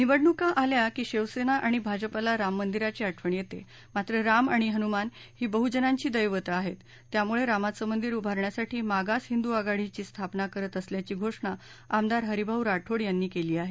निवडणूका आल्या की शिवसेना आणि भाजपाला राममंदिराची आठवण येते मात्र राम आणि हनुमान ही बहुजनांची दैवतं आहेत त्यामुळे रामाचं मंदिर उभारण्यासाठी मागास हिंदू आघाडीची स्थापना करत असल्याची घोषणा आमदार हरिभाऊ राठोड यांनी केली आहे